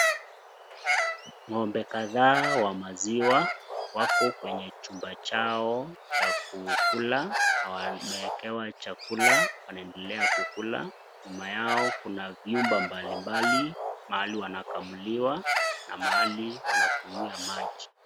Ng'ombe kadhaa wa maziwa wako kwenye chumba chao cha kukula na wameekewa chakula wanaedelea kukula. Nyuma yao kuna vyumba mbalimbali, mahali wanakamuliwa na mahali wanakunywia maji.